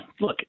look